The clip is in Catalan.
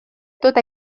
tot